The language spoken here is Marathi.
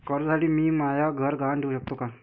कर्जसाठी मी म्हाय घर गहान ठेवू सकतो का